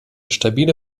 stabile